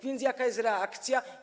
Więc jaka jest reakcja?